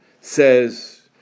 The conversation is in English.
says